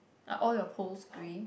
are all your poles grey